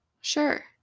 Sure